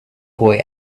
boy